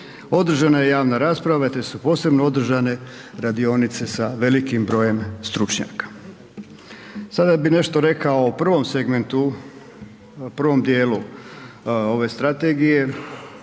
Održana je javna rasprava te su posebno održane radionice sa velikim brojem stručnjaka. Sada bih nešto rekao o prvom segmentu, prvom dijelu ove strategije,